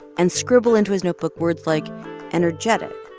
and scribble into his notebook words like energetic,